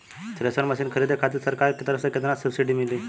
Thresher machine खरीदे खातिर सरकार के तरफ से केतना सब्सीडी मिली?